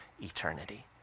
eternity